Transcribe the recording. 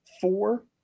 four